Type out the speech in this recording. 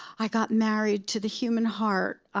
i got married to the human heart,